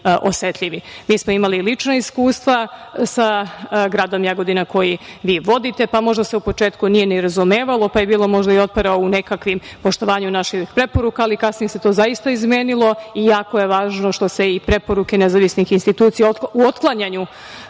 smo imali lična iskustva sa gradom Jagodina koji vi vodite, pa možda se u početku nije ni razumevalo pa je bilo možda i otpora u nekakvom poštovanju naših preporuka, ali kasnije se to zaista izmenilo i jako je važno što se i preporuke nezavisnih institucija u otklanjanju